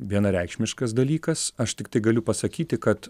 vienareikšmiškas dalykas aš tiktai galiu pasakyti kad